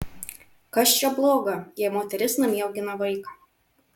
kas čia bloga jei moteris namie augina vaiką